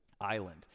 island